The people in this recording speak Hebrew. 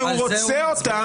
שהוא רוצה אותן.